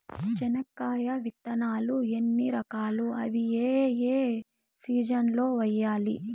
చెనక్కాయ విత్తనాలు ఎన్ని రకాలు? అవి ఏ ఏ సీజన్లలో వేయాలి?